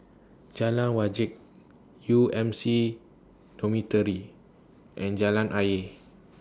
Jalan Wajek U M C Dormitory and Jalan Ayer